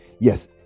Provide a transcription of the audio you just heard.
Yes